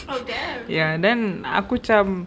ya then aku macam